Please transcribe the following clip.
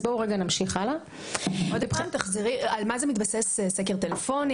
על מה זה מתבסס סקר טלפוני?